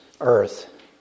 earth